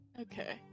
Okay